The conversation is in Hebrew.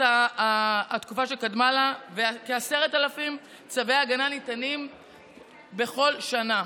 התקופה שקדמה לה וכ-10,000 צווי הגנה ניתנים בכל שנה.